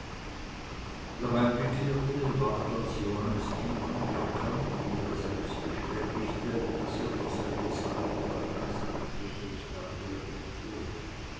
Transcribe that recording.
der heimgekehrte ward als johannes niemand erkannt und er selbst bestätigte daß er derselbe sei der einst mit friedrich mergel entflohen